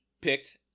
picked